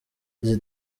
izi